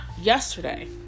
yesterday